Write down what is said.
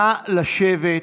נא לשבת,